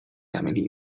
改名